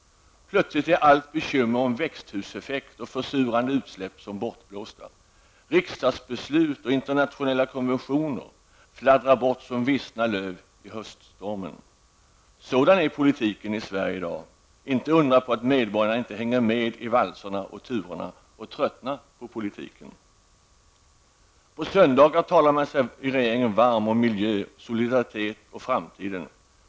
Plötsligt är alla bekymmer om växthuseffekt och försurande utsläpp som bortblåsta. Riksdagsbeslut och internationella konventioner fladdrar bort som vissna löv i höststormen. Sådan är politiken i Sverige i dag -- inte undra på att medborgarna inte hänger med i valserna och turerna och att de tröttnat på politiken! På söndagar talar man i regeringen sig varm för miljö, solidaritet och framtiden.